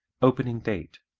opening date